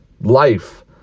life